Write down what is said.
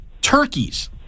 Turkeys